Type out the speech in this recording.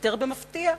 שהתפטר "במפתיע",